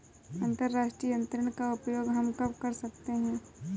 अंतर्राष्ट्रीय अंतरण का प्रयोग हम कब कर सकते हैं?